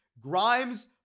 Grimes